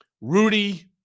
Rudy